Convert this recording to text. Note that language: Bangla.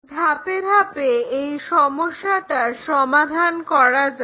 ধাপে ধাপে এই সমস্যাটার সমাধান করা যাক